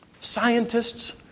Scientists